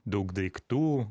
daug daiktų